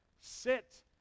sit